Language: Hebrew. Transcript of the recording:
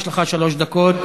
יש לך שלוש דקות.